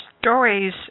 stories